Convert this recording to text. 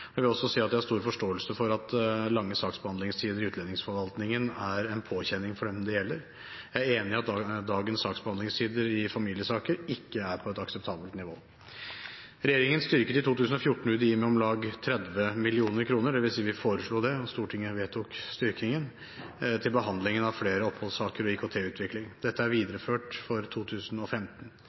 Jeg vil også si at jeg har stor forståelse for at lange saksbehandlingstider i utlendingsforvaltningen er en påkjenning for dem det gjelder. Jeg er enig i at dagens saksbehandlingstider i familiesaker ikke er på et akseptabelt nivå. Regjeringen styrket i 2014 UDI med om lag 30 mill. kr – dvs. vi foreslo det, og Stortinget vedtok styrkingen – til behandlingen av flere oppholdssaker og IKT-utvikling. Dette er videreført for 2015.